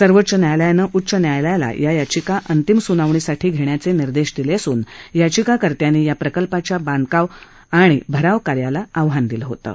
सर्वोच्च न्यायालयानं उच्च न्यायालयाला या याचिका अंतिम स्नावणीसाठी घेण्याचे निर्देश दिले असून याचिकाकर्त्यांनी या प्रकल्पाच्या बांधकाम आणि भराव कार्याला आव्हान दिलं होतं